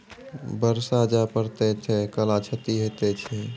बरसा जा पढ़ते थे कला क्षति हेतै है?